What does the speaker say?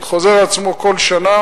זה חוזר על עצמו כל שנה,